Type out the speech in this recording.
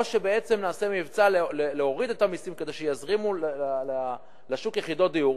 או שבעצם נעשה מבצע להוריד את המסים כדי שיזרימו לשוק יחידות דיור.